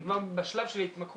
זה כבר בשלב של ההתמכרות